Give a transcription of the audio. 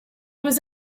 was